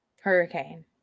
Hurricane